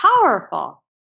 powerful